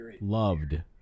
Loved